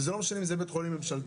וזה לא משנה אם זה בית חולים ממשלתי,